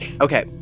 Okay